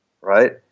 Right